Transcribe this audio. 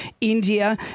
India